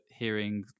hearing